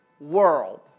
world